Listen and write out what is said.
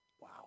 Wow